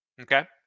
Okay